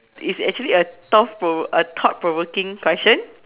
it's actually a thought pro~ a thought provoking question